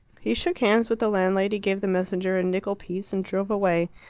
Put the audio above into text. he shook hands with the landlady, gave the messenger a nickel piece, and drove away.